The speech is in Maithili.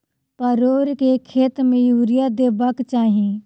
परोर केँ खेत मे यूरिया देबाक चही?